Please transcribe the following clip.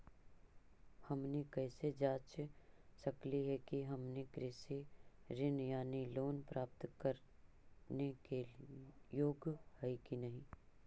हमनी कैसे जांच सकली हे कि हमनी कृषि ऋण यानी लोन प्राप्त करने के योग्य हई कि नहीं?